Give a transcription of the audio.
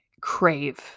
crave